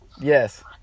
Yes